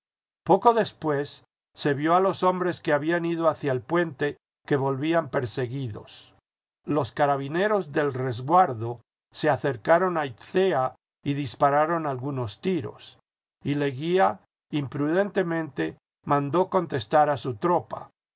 poco después se vio a los hombres que habían ido hacia el puente que volvían perseguidos los carabineros del resguardo se acercaron a itzca y dispararon algunos tiros y leguía imprudentemente mandó contestar a su tropa